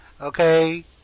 okay